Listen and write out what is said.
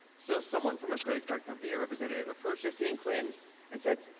so someone from a credit card company or representative approached jesse and quinn and said,